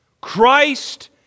Christ